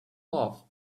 love